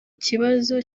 kibazo